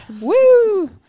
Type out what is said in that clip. woo